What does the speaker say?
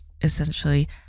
essentially